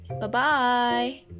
Bye-bye